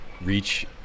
reach